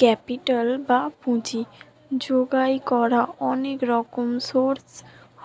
capital বা পুঁজি জোগাড় করার অনেক রকম সোর্স